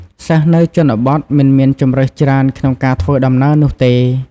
សិស្សនៅជនបទមិនមានជម្រើសច្រើនក្នុងការធ្វើដំណើរនោះទេ។